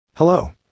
Hello